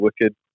wicked